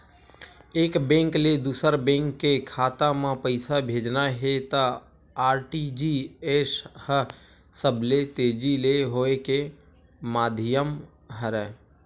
एक बेंक ले दूसर बेंक के खाता म पइसा भेजना हे त आर.टी.जी.एस ह सबले तेजी ले होए के माधियम हरय